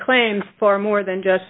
claims for more than just